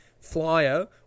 flyer